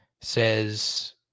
Says